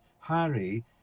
Harry